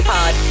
Pod